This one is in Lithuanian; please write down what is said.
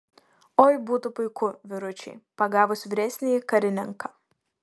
oi būtų puiku vyručiai pagavus vyresnįjį karininką